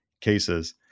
cases